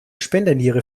spenderniere